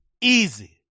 Easy